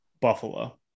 Buffalo